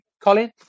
colin